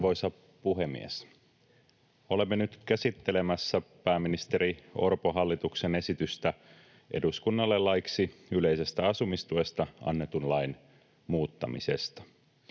Arvoisa puhemies! Olemme nyt käsittelemässä pääministeri Orpon hallituksen esitystä eduskunnalle laiksi yleisestä asumistuesta annetun lain muuttamisesta.